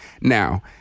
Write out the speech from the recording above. Now